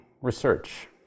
research